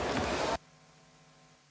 Hvala